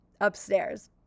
upstairs